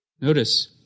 Notice